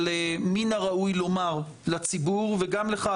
מן הראוי לומר לציבור ולך,